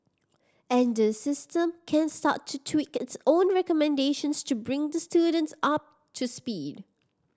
and the system can start to tweak its own recommendations to bring the students up to speed